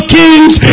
kings